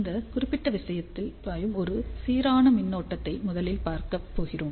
இந்த குறிப்பிட்ட விஷயத்தில் பாயும் ஒரு சீரான மின்னோட்டத்தை முதலில் பார்க்கப்போகிறோம்